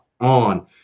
on